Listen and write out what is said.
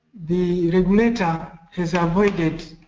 the regulator has avoided